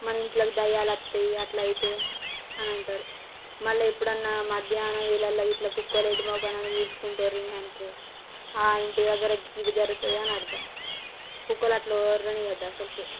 మన ఇంట్లోకి దెయ్యాలు వస్తాయి అట్లయితే అని అంటారు మళ్ళ ఎప్పుడన్నా మధ్యాహ్నం వేలల్లో ఇట్లా కుక్కలు ఎటు మోకానాన్న చూసుకుంటూ వోర్లినాయి అనుకో ఆ ఇంటి దగ్గర కీడు జరుగుతుందని అర్థం కుక్కలట్లా వర్లనీయద్దు అసలుకే